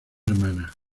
hermana